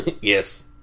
Yes